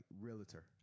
Realtor